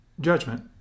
judgment